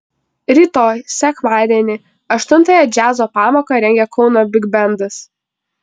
rytoj sekmadienį aštuntąją džiazo pamoką rengia kauno bigbendas